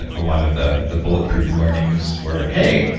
a lot of the the bulletproof learnings were, hey,